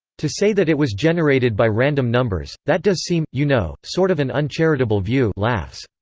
to say that it was generated by random numbers, that does seem, you know, sort of an uncharitable view laughs.